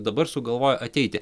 dabar sugalvojo ateiti